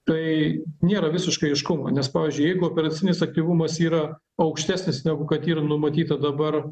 tai nėra visiškai aiškumo nes pavyzdžiui jeigu operacinis aktyvumas yra aukštesnis negu kad yra numatyta dabar